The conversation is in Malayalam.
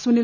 സുനിൽ